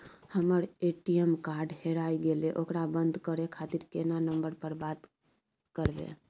हमर ATM card हेराय गेले ओकरा बंद करे खातिर केना नंबर पर बात करबे?